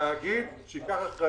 צריך להקים תאגיד שייקח אחריות.